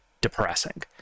depressing